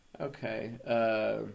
Okay